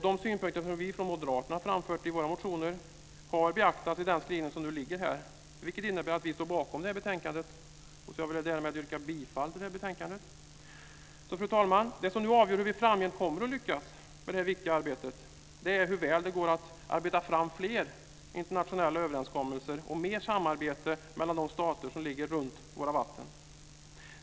De synpunkter som vi från moderaterna har framfört i våra motioner har beaktats i den skrivning som nu ligger här, vilket innebär att vi står bakom betänkandet. Jag yrkar därmed bifall till förslaget i betänkandet. Fru talman! Det som avgör hur vi framgent kommer att lyckas med det viktiga arbetet är hur väl det går att arbeta fram fler internationella överenskommelser och mer samarbete mellan de stater som ligger runt våra vatten.